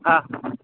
હાં